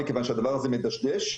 כיוון שהדברה זה מדשדש.